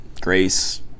grace